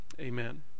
amen